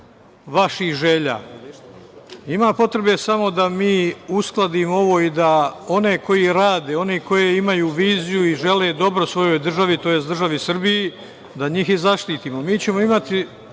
vaših želja? Ima potrebe samo da mi uskladimo ovo i da one koji rade, oni koji imaju viziju i žele dobro svojoj državi tj. državi Srbiji da njih i zaštitimo. Mi ćemo imati,